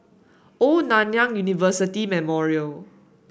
Old Nanyang University Memorial